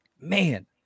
Man